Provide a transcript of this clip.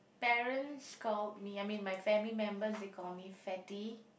parents call me I mean my family members they call me fatty